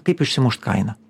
kaip išsimušt kainą